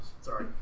Sorry